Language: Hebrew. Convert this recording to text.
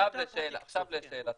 עכשיו לשאלתך,